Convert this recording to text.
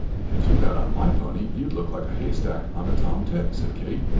and if you got on my pony, you'd look like a haystack on a tom-tit, said kate.